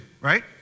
right